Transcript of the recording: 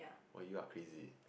when you are crazy